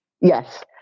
Yes